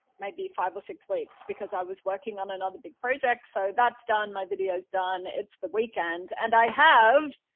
maybe five or six weeks. because i was working on another big project. so that's done. my video is done. it's the weekend. and i have